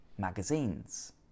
magazines